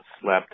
slept